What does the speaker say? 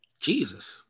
Jesus